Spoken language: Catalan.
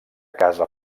casa